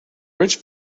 rich